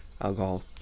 alcohol